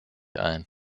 ein